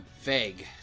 vague